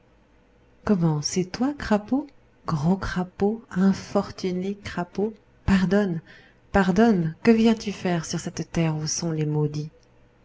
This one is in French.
c'est toi crapaud gros crapaud infortuné crapaud pardonne pardonne que viens-tu faire sur cette terre où sont les maudits